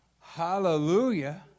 Hallelujah